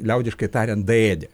liaudiškai tariant daėdė